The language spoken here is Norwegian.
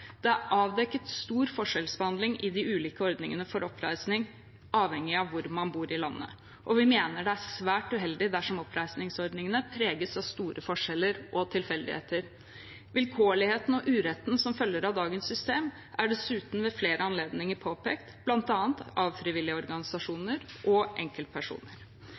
Det er avdekket stor forskjellsbehandling i de ulike ordningene for oppreisning avhengig av hvor man bor i landet. Vi mener det er svært uheldig dersom oppreisningsordningene preges av store forskjeller og tilfeldigheter. Vilkårligheten og uretten som følger av dagens system, er dessuten ved flere anledninger påpekt bl.a. av frivillige organisasjoner og enkeltpersoner.